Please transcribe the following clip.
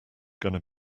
gonna